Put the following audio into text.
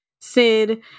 Sid